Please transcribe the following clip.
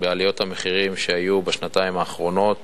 בעליות המחירים שהיו בשנתיים האחרונות